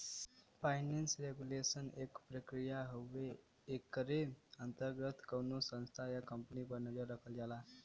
financial regulation एक प्रक्रिया हउवे एकरे अंतर्गत कउनो संस्था या कम्पनी पर नजर रखल जाला